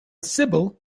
sibyl